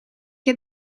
heb